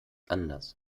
anders